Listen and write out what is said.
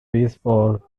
baseball